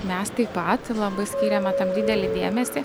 mes taip pat labai skyrėme tam didelį dėmesį